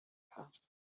passed